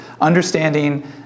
understanding